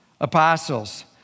apostles